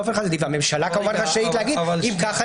והממשלה כמובן רשאית להגיד: אם כך,